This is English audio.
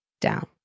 down